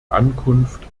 ankunft